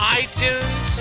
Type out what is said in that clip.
iTunes